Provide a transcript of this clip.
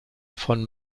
von